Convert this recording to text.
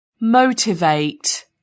Motivate